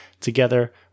together